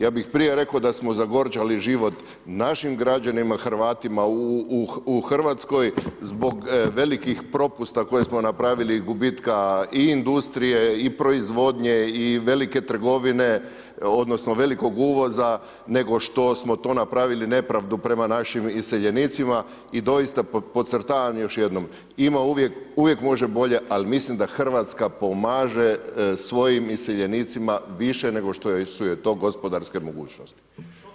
Ja bih prije rekao da smo zagorčali život našim građanima Hrvatima u Hrvatskoj zbog velikih propusta koje smo napravili, gubitka i industrije i proizvodnje i velike trgovine odnosno velikog uvoza nego što smo to napravili nepravdu prema našim iseljenicima i doista podcrtavam još jednom, uvijek može bolje ali mislim da Hrvatska pomaže svojim iseljenicima više nego što su joj to gospodarske mogućnosti.